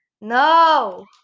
No